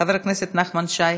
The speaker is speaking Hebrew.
חבר הכנסת נחמן שי,